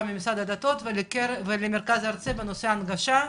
ממשרד הדתות והמרכז הארצי בנושא הנגשה.